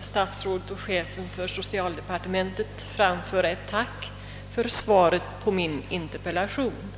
statsrådet och chefen för socialdepartementet få framföra ett tack för svaret på min interpellation.